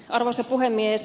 arvoisa puhemies